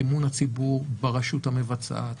את אמון הציבור ברשות המבצעת.